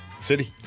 City